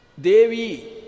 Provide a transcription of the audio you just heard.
Devi